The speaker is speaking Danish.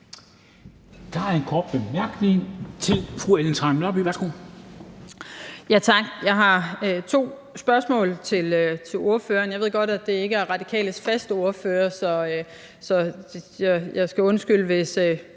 Ellen Trane Nørby (V): Ja, tak. Jeg har to spørgsmål til ordføreren. Jeg ved godt, det ikke er Radikales faste ordfører – så jeg skal undskylde, og hvis